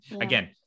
again